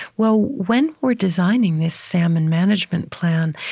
well, when we're designing this salmon management plan,